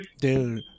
Dude